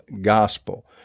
gospel